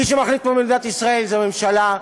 מי שמחליט פה במדינת ישראל זה הממשלה,